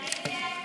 ההסתייגות (192)